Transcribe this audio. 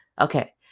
okay